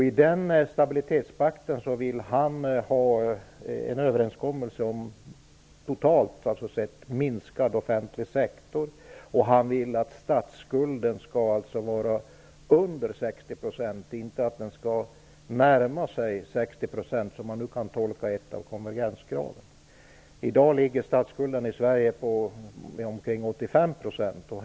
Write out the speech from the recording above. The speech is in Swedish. I den stabilitetspakten vill han ha en överenskommelse om totalt sett minskad offentlig sektor, och han vill att statsskulden skall vara under 60 %, inte att den skall närma sig 60 % som man kan tolka ett av konvergenskraven. I dag ligger statsskulden i Sverige på omkring 85 %.